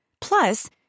plus